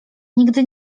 nigdy